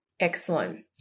Excellent